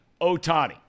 Otani